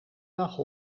dag